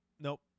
Nope